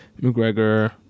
mcgregor